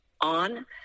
on